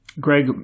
Greg